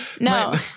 No